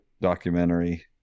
documentary